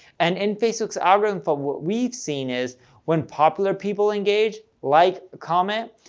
and in facebook's algorithm for what we've seen is when popular people engage, like, comment,